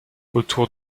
autour